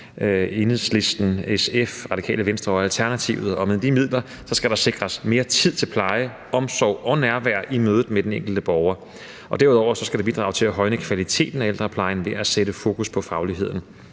Enhedslisten, SF, Radikale Venstre og Alternativet, og med de midler skal der sikres mere tid til pleje, omsorg og nærvær i mødet med den enkelte borger. Derudover skal det bidrage til at højne kvaliteten af ældreplejen ved at sætte fokus på fagligheden.